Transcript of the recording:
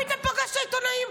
פתאום פגשת עיתונאים,